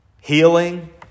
Healing